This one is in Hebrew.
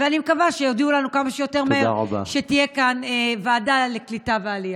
אני מקווה שיודיעו לנו כמה שיותר מהר שתהיה כאן ועדה לקליטה ועלייה.